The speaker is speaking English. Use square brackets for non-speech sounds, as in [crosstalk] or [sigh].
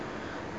[breath]